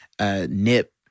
nip